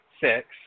six